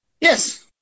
Yes